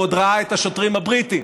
הוא עוד ראה את השוטרים הבריטים.